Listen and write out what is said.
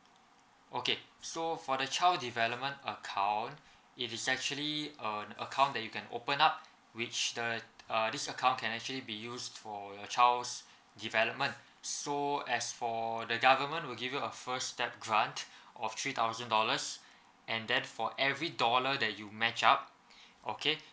okay so for the child development account it is actually um account that you can open up which the uh this account can actually be used for your child's development so as for the government will give you a first step grant of three thousand dollars and then for every dollar that you match up okay